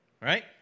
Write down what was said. Right